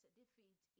defeat